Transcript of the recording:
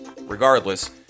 regardless